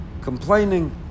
complaining